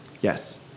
Yes